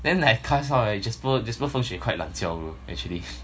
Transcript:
then like kyle's house like jasper jasper 风水 quite 烂 lan jiao bro actually